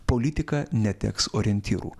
politika neteks orientyrų